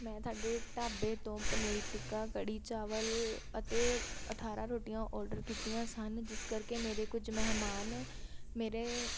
ਮੈਂ ਤੁਹਾਡੇ ਢਾਬੇ ਤੋਂ ਪਨੀਰ ਟਿੱਕਾ ਕੜੀ ਚਾਵਲ ਅਤੇ ਅਠਾਰਾਂ ਰੋਟੀਆਂ ਔਡਰ ਕੀਤੀਆਂ ਸਨ ਜਿਸ ਕਰਕੇ ਮੇਰੇ ਕੁਝ ਮਹਿਮਾਨ ਮੇਰੇ